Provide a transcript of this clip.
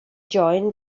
join